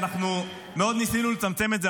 אנחנו מאוד ניסינו לצמצם את זה,